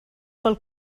pel